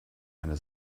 eine